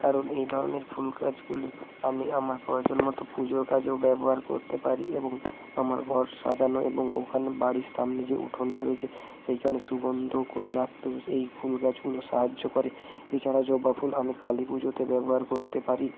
কারণ এই ধরনের ফুল গাছগুলো আমি আমার প্রয়োজনমত পুজোর কাজেও ব্যবহার করতে পারি এবং আমার ঘর সাজানো এবং ওখানে বাড়ির সামনে যে উঠোনটা রয়েছে সেইখানে সুগন্ধকর রাখতেও এই ফুল গাছগুলো সাহায্য করে এছাড়া জবা ফুল আমি কালী পুজোতে ব্যবহার করতে পারি